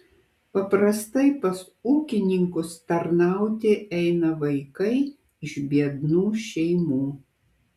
paprastai pas ūkininkus tarnauti eina vaikai iš biednų šeimų